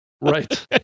right